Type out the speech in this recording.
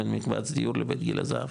בין מקבץ דיור לבית גיל הזהב?